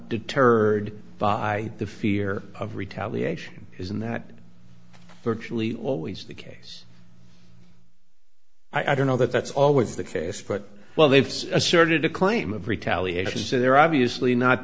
deterred by the fear of retaliation isn't that virtually always the case i don't know that that's always the case but well they've asserted a claim of retaliation so they're obviously not